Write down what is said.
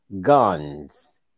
guns